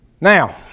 Now